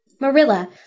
Marilla